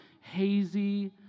hazy